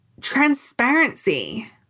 transparency